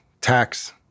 tax